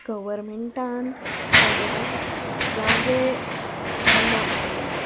गवरमेंटान सगळ्यांक जागे एलोट केल्ले